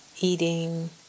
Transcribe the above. eating